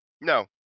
No